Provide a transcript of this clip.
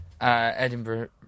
Edinburgh